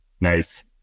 Nice